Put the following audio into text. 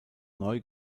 neu